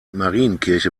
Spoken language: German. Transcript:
marienkirche